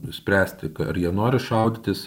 nuspręsti ar jie nori šaudytis